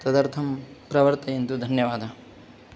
तदर्थं प्रवर्तयन्तु धन्यवादः